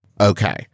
Okay